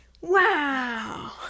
wow